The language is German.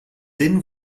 den